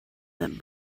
that